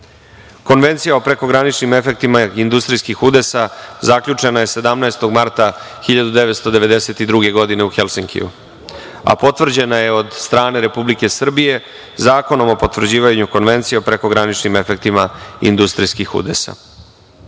udesa. Konvencija o prekograničnim efektima industrijskih udesa zaključena je 17. marta 1992. godine u Helsinkiju, a potvrđena je od strane Republike Srbije Zakonom o potvrđivanju Konvencije o prekograničnim efektima industrijskih udesa.